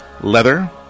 leather